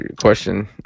question